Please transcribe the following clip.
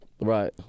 Right